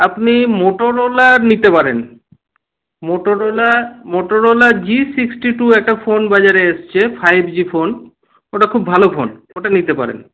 আপনি মোটোরোলা নিতে পারেন Motorola Motorola G sixty two একটা ফোন বাজারে এসেছে ফাইভ জি ফোন ওটা খুব ভালো ফোন ওটা নিতে পারেন